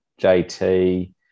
JT